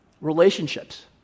Relationships